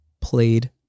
played